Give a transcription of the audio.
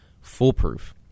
foolproof